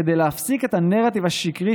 כדי להפסיק את הנרטיב השקרי,